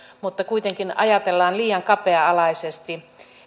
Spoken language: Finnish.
mutta kuitenkin ajatellaan liian kapea alaisesti